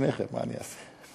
את שניכם, מה אעשה.